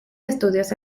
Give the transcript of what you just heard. estudios